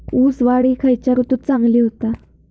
ऊस वाढ ही खयच्या ऋतूत चांगली होता?